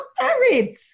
married